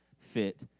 fit